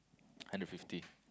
hundred fifty